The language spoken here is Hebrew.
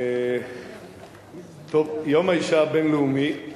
יום האשה הבין-לאומי,